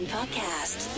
Podcast